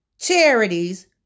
charities